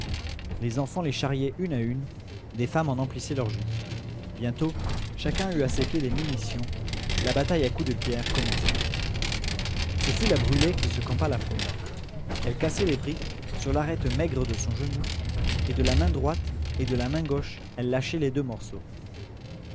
les enfants les charriaient une à une des femmes en emplissaient leurs jupes bientôt chacun eut à ses pieds des munitions la bataille à coups de pierres commença ce fut la brûlé qui se campa la première elle cassait les briques sur l'arête maigre de son genou et de la main droite et de la main gauche elle lâchait les deux morceaux